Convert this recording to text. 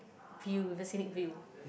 view the scenic view